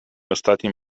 ostatnim